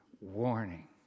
warning